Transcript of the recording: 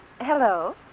Hello